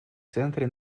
центре